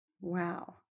Wow